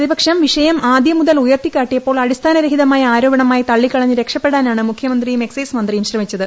പ്രതിപക്ഷം വിഷയം ആദ്യം മുതൽ ഉയർത്തിക്കാട്ടിയപ്പോൾ അടിസ്ഥാനരഹിതമായ ആരോപണമായി തള്ളിക്കളഞ്ഞ് രക്ഷപ്പെടാനാണ് മുഖ്യമന്ത്രിയും എക്സൈസ് മന്ത്രിയും ശ്രമിച്ചത്